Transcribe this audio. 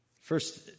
First